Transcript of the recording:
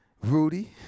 Rudy